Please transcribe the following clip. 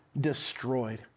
destroyed